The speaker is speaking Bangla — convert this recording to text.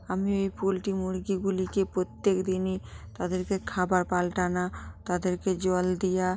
আমি এই পোলট্রি মুরগিগুলিকে প্রত্যেক দিনই তাদেরকে খাবার পালটান তাদেরকে জল দেওয়া